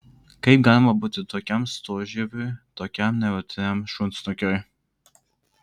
kaip galima būti tokiam storžieviui tokiam nejautriam šunsnukiui